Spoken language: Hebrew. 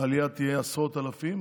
תהיה עלייה של עשרות אלפים